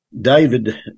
david